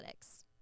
analytics